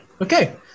Okay